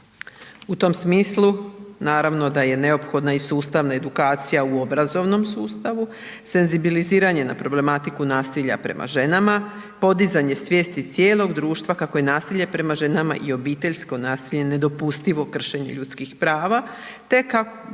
U tom smislu, naravno da je neophodno i sustavna edukacija u obrazovnom sustavu, senzibiliziranje na problematiku nasilja prema ženama, podizanje svijesti cijelog društva kako je nasilje prema ženama i obiteljsko nasilje nedopustivo kršenje ljudskih prava te kao